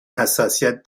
حساسیت